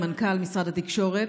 מנכ"ל משרד התקשורת,